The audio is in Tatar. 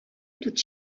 дүрт